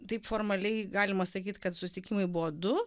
taip formaliai galima sakyt kad susitikimai buvo du